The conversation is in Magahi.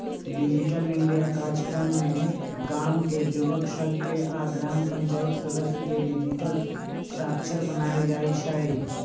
डिजिटल इंडिया काजक्रम में गाम के जुवक सभके आऽ ग्राम पञ्चाइत सदस्य के डिजिटल साक्षर बनाएल जाइ छइ